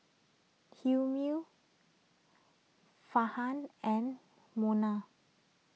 Hilmi Farhan and Munah